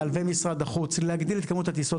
משרד החוץ ואל על להגדיל את כמות הטיסות